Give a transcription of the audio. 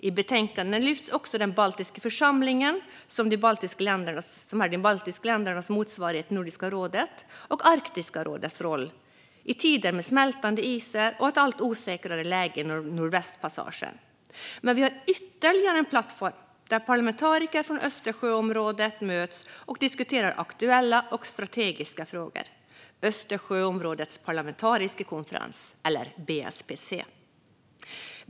I betänkandet lyfts också den baltiska församlingen, som är de baltiska ländernas motsvarighet till Nordiska rådet, och Arktiska rådets roll, i tider med smältande isar och ett allt osäkrare läge i Nordvästpassagen. Men vi har ytterligare en plattform där parlamentariker från Östersjöområdet möts och diskuterar aktuella och strategiska frågor: Östersjöområdets parlamentariska konferens, BSPC.